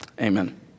Amen